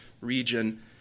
region